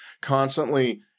constantly